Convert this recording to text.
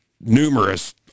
numerous